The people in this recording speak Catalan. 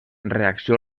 reacció